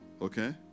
Okay